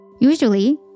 Usually